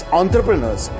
entrepreneurs